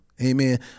Amen